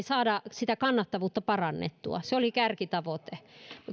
saada maatalouden kannattavuutta parannettua se oli kärkitavoite mutta